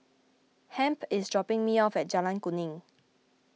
Hamp is dropping me off at Jalan Kuning